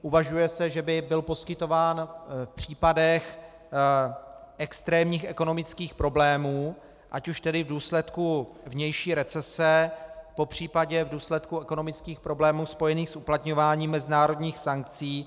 Uvažuje se, že by byl poskytován v případech extrémních ekonomických problémů, ať už v důsledku vnější recese, popř. v důsledku ekonomických problémů spojených s uplatňováním mezinárodních sankcí.